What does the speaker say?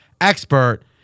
expert